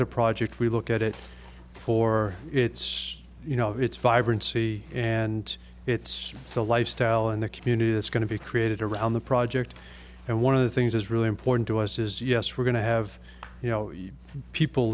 at a project we look at it for it's you know it's vibrancy and it's the lifestyle and the community that's going to be created around the project and one of the things that's really important to us is yes we're going to have you know people